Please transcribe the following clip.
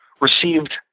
received